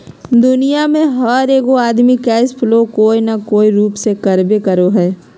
दुनिया में हर एगो आदमी कैश फ्लो कोय न कोय रूप में करबे करो हइ